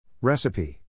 Recipe